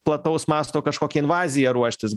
plataus masto kažkokia invazija ruoštis